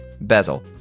Bezel